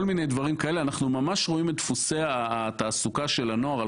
אנחנו ממש רואים את דפוסי התעסוקה של הנוער,